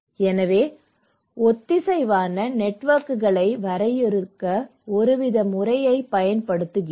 எனவே ஒத்திசைவான நெட்வொர்க்குகளை வரையறுக்க ஒருவித முறையைப் பயன்படுத்துகிறோம்